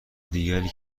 دیگری